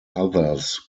others